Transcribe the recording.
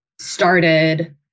started